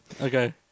Okay